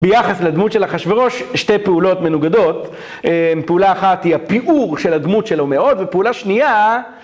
ביחס לדמות של אחשוורוש, שתי פעולות מנוגדות. פעולה אחת היא הפיאור של הדמות שלו מאוד, ופעולה שנייה...